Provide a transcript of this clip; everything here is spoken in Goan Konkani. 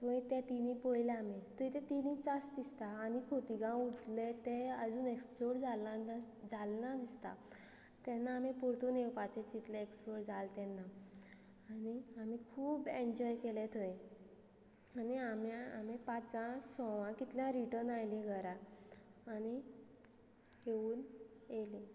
थंय ते तिनी पयले आमी थंय तें तिनूय आसा दिसता आनी खोतीगांव उरले ते आजून एक्सप्लोर जाला जालना दिसता तेन्ना आमी पुर्तून येवपाचे चितले एक्सप्लोर जाले तेन्ना आनी आमी खूब एन्जॉय केले थंय आनी आमी आमी पांचा सवां कितल्या रिटन आयली घरा आनी येवन येयली